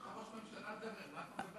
יש לך ראש ממשלה לדבר עליו.